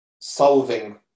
solving